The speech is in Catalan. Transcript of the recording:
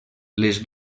les